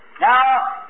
Now